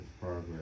progress